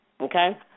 okay